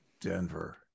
Denver